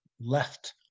left